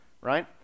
Right